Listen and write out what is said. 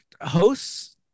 hosts